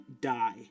die